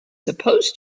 supposed